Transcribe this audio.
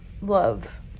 love